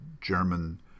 German